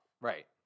Right